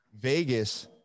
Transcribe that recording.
Vegas